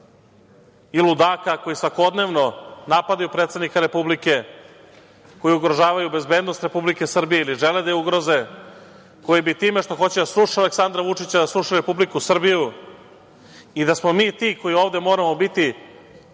i ludaka koji svakodnevno napadaju predsednika Republike, koji ugrožavaju bezbednost Republike Srbije ili žele da je ugroze, koji bi time što hoće da sruše Aleksandra Vučića, da sruše Republiku Srbiju i da smo mi ti koji ovde moramo biti